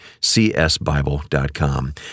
csbible.com